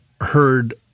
heard